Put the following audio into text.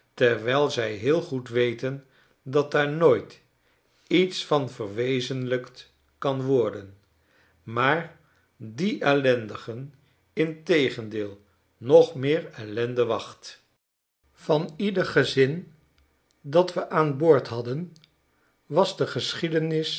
terwijl zij heel goed weten dat daar nooit iets van verwezenlijkt kan worden maardien ellendigen integendeel nog meer ellende wacht van ieder gezin dat we aan boord hadden was de geschiedenis